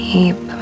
Deep